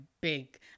big